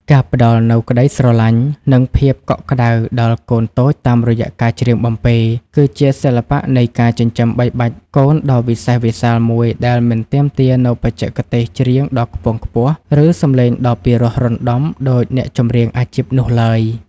ការផ្ដល់នូវក្ដីស្រឡាញ់ និងភាពកក់ក្តៅដល់កូនតូចតាមរយៈការច្រៀងបំពេ គឺជាសិល្បៈនៃការចិញ្ចឹមបីបាច់កូនដ៏វិសេសវិសាលមួយដែលមិនទាមទារនូវបច្ចេកទេសច្រៀងដ៏ខ្ពង់ខ្ពស់ ឬសំឡេងដ៏ពីរោះរណ្ដំដូចអ្នកចម្រៀងអាជីពនោះឡើយ។